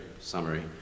summary